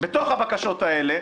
בתוך הבקשות האלה,